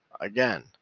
again